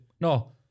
No